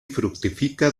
fructifica